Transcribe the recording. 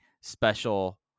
special